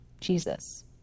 Jesus